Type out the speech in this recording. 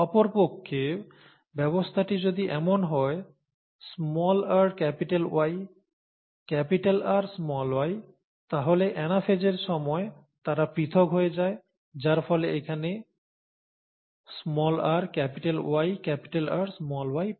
অপরপক্ষে ব্যবস্থাটি যদি এমন হয় rY Ry তাহলে অ্যানাফেজের সময় তারা পৃথক হয়ে যায় যার ফলে এখানে r Y R y পাই